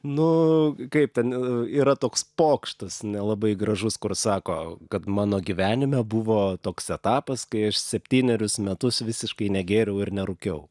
nu kaip ten yra toks pokštas nelabai gražus kur sako kad mano gyvenime buvo toks etapas kai aš septynerius metus visiškai negėriau ir nerūkiau